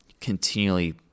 continually